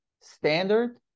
standard